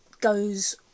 goes